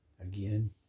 again